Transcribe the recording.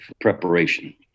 preparation